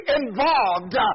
involved